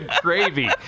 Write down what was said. gravy